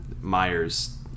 Myers